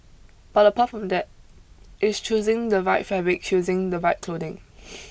but apart from that it's choosing the right fabric choosing the right clothing